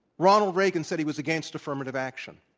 ronald reagan says he was against affirmative action.